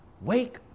wake